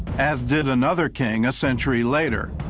as did another king a century later.